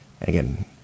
Again